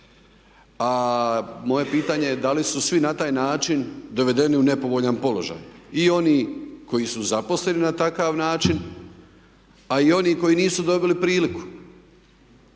A moje pitanje je da li su svi na taj način dovedeni u nepovoljan položaj? I oni koji su zaposleni na takav način, a i oni koji nisu dobili priliku?